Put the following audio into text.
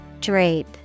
Drape